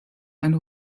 eine